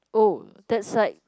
oh that side